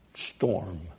storm